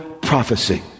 prophecy